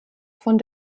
von